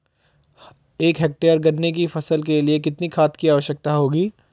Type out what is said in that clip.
एक हेक्टेयर गन्ने की फसल के लिए कितनी खाद की आवश्यकता होगी?